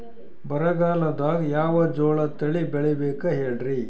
ಬರಗಾಲದಾಗ್ ಯಾವ ಜೋಳ ತಳಿ ಬೆಳಿಬೇಕ ಹೇಳ್ರಿ?